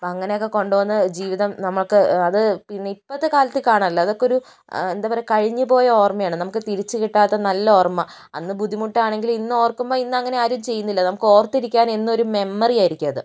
അപ്പം അങ്ങനെയൊക്കെ കൊണ്ട് വന്ന് ജീവിതം നമുക്ക് അത് ഇന്ന് ഇപ്പത്തെ കാലത്ത് കാണാനില്ല അതൊക്കെയൊരു എന്താ പറയുക കഴിഞ്ഞ് പോയ ഓർമയാണ് നമുക്ക് തിരിച്ച് കിട്ടാത്ത നല്ല ഓർമ്മ അന്ന് ബുദ്ധിമുട്ടാണെങ്കിലും ഇന്നോർക്കുമ്പം ഇന്നാരും അങ്ങനെ ചെയ്യുന്നില്ല നമുക്കോർത്തിരിക്കാൻ എന്നും ഒരു മെമ്മറിയായിരിക്കും അത്